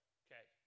okay